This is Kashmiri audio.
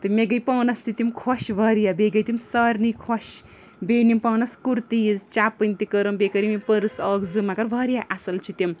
تہٕ مےٚ گٔے پانَس تہِ تِم خۄش واریاہ بیٚیہِ گٔے تِم سارنٕے خۄش بیٚیہِ أنِم پانَس کُرتیٖز چَپٕنۍ تہِ کٔرٕم بیٚیہِ کٔرم یِم پٔرس اَکھ زٕ مگر واریاہ اَصٕل چھِ تِم